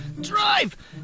drive